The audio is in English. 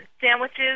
sandwiches